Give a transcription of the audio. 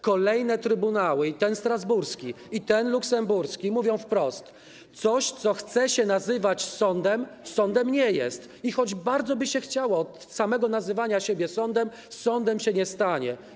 Kolejne trybunały - ten strasburski i ten luksemburski - mówią wprost: coś, co chce się nazywać sądem, sądem nie jest i choć bardzo by się tego chciało - od samego nazywania siebie sądem sądem się nie stanie.